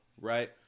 right